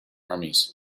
armies